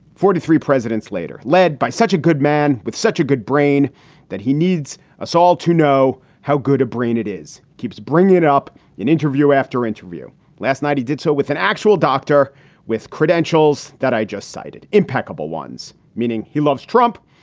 forty three presidents later led by such a good man with such a good brain that he needs us all to know how good a brain it is. keeps bringing it up in interview after interview last night, he did so with an actual doctor with credentials that i just cited, impeccable ones, meaning he loves trump.